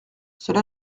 cela